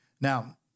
Now